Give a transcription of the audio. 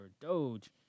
Doge